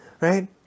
Right